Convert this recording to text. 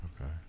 Okay